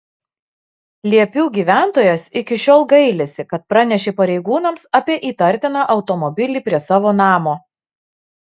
liepių gyventojas iki šiol gailisi kad pranešė pareigūnams apie įtartiną automobilį prie savo namo